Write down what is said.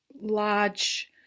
large